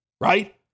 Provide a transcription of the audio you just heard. right